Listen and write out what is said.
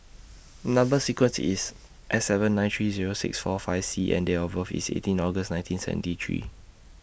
Number sequence IS S seven nine three Zero six four five C and Date of birth IS eighteen August nineteen seventy three